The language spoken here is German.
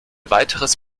weiteres